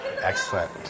Excellent